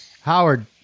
Howard